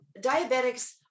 diabetics